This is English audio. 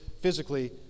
physically